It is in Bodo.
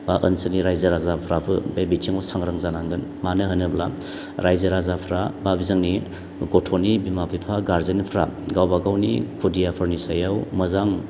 बा ओनसोलनि रायजो राजाफ्राबो बे बिथिङाव सांग्रां जानांगोन मानो होनोब्ला रायजो राजाफ्रा बा जोंनि गथ'नि बिमा बिफा गारजेनफ्रा गावबागावनि खुदियाफोरनि सायाव मोजां